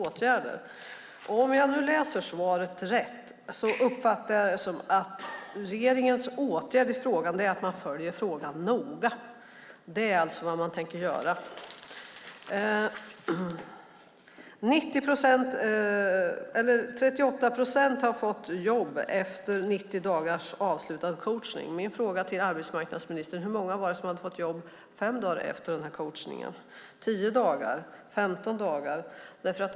Om jag läser svaret rätt uppfattar jag det som att regeringens åtgärd är att följa frågan noga. Det är alltså det regeringen tänker göra. Ministerns säger i svaret att 38 procent hade fått jobb 90 dagar efter avslutad coachning. Min fråga till arbetsmarknadsministern är: Hur många hade fått jobb fem, tio, femton dagar efter coachningen?